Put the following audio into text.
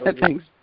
Thanks